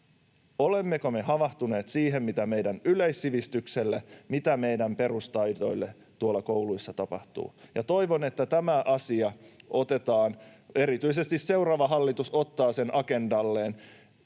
Olemmeko me havahtuneet siihen, mitä meidän yleissivistykselle, mitä meidän perustaidoille tuolla kouluissa tapahtuu? Toivon, että tämä asia otetaan ja erityisesti seuraava hallitus ottaa sen agendalleen.